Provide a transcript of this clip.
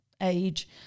age